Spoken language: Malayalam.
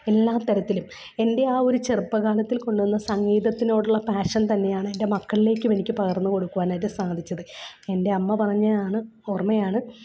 എല്ലാ തരത്തിലും എൻ്റെ ആ ഒരു ചെറുപ്പകാലത്തിൽ കൊള്ളുന്ന സംഗീതത്തിനോടുള്ള പാഷൻ തന്നെയാണ് എൻ്റെ മക്കളിലേക്കും എനിക്ക് പകർന്നു കൊടുക്കുവാനായിട്ട് സാധിച്ചത് എൻ്റെ അമ്മ പറഞ്ഞതാണ് ഓർമ്മയാണ്